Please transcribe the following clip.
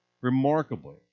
Remarkably